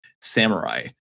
samurai